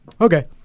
okay